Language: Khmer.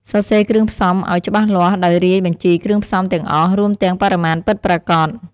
សរសេរគ្រឿងផ្សំឱ្យច្បាស់លាស់ដោយរាយបញ្ជីគ្រឿងផ្សំទាំងអស់ រួមទាំងបរិមាណពិតប្រាកដ។